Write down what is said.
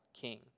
king